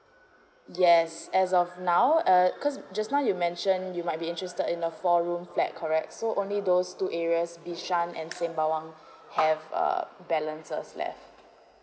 yes as of now err because just now you mentioned you might be interested in a four room flat correct so only those two areas bishan and sembawang have uh balances there